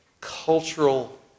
cultural